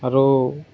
আৰু